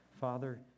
Father